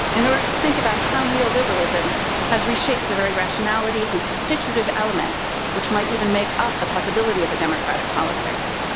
in order to think about how neoliberalism has reshaped the very rationalities and constitutive elements which might even make up the possibility of a democratic politics.